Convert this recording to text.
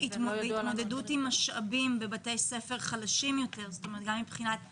מה לגבי התמודדות של בתי ספר חלשים יותר עם משאבים מבחינת מחשבים,